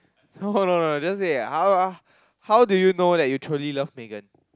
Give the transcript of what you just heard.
no no no no just say that how how how do you know that you truly love Megan